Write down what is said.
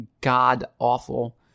god-awful